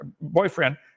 boyfriend